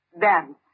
Dance